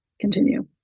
continue